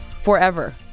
Forever